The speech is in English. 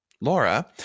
Laura